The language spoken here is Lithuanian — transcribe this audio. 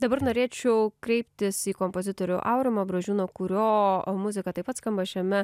dabar norėčiau kreiptis į kompozitorių aurimą bražiūną kurio muzika taip pat skamba šiame